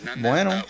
bueno